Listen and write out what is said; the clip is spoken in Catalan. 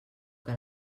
que